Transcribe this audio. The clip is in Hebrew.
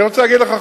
אני רוצה להגיד לך,